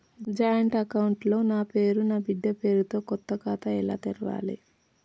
Joint account లో నా పేరు నా బిడ్డే పేరు తో కొత్త ఖాతా ఎలా తెరవాలి?